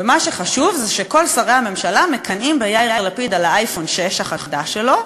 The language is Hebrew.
ומה שחשוב זה שכל שרי הממשלה מקנאים ביאיר לפיד על האייפון 6 החדש שלו,